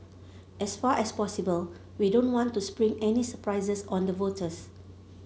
as far as possible we don't want to spring any surprises on the voters